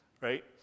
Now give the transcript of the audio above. right